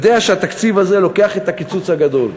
יודע שהתקציב הזה לוקח את הקיצוץ הגדול,